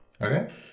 Okay